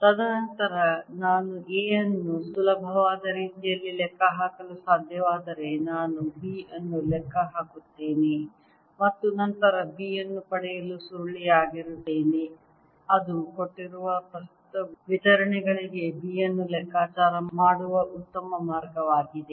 ತದನಂತರ ನಾನು A ಅನ್ನು ಸುಲಭವಾಗಿ ಸುಲಭವಾದ ರೀತಿಯಲ್ಲಿ ಲೆಕ್ಕಹಾಕಲು ಸಾಧ್ಯವಾದರೆ ನಾನು B ಅನ್ನು ಲೆಕ್ಕ ಹಾಕುತ್ತೇನೆ ಮತ್ತು ನಂತರ B ಅನ್ನು ಪಡೆಯಲು ಸುರುಳಿಯಾಗಿರುತ್ತೇನೆ ಅದು ಕೊಟ್ಟಿರುವ ಪ್ರಸ್ತುತ ವಿತರಣೆಗಳಿಗೆ B ಅನ್ನು ಲೆಕ್ಕಾಚಾರ ಮಾಡುವ ಉತ್ತಮ ಮಾರ್ಗವಾಗಿದೆ